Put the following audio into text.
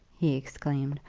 he exclaimed,